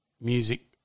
music